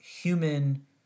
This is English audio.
human